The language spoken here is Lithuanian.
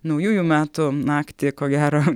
naujųjų metų naktį ko gero